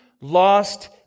lost